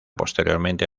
posteriormente